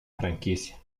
franquicia